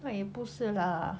那也不是 lah